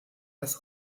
als